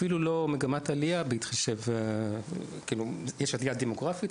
אפילו לא מגמת עלייה - יש עלייה דמוגרפית,